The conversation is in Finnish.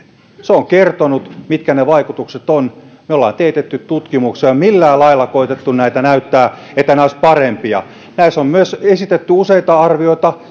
se on kertonut mitkä ne vaikutukset ovat me olemme teettäneet tutkimuksia emme ole millään lailla koettaneet näyttää että nämä olisivat parempia näissä on myös esitetty useita arvioita